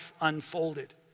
unfolded